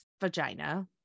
vagina